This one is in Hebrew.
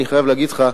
אני חייב להגיד לך: